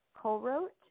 co-wrote